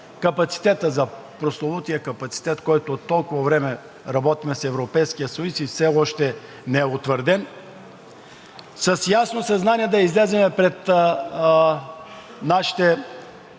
капацитета – за прословутия капацитет, който от толкова време работим с Европейския съюз и все още не е утвърден. С ясно съзнание да излезем пред нашите